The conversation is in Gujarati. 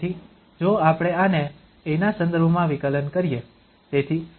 તેથી જો આપણે આને a ના સંદર્ભમાં વિકલન કરીએ